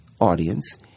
audience